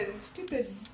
stupid